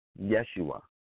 Yeshua